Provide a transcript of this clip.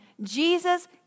Jesus